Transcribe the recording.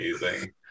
Amazing